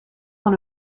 dans